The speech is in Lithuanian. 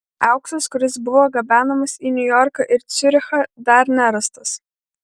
auksas kuris buvo gabenamas į niujorką ir ciurichą dar nerastas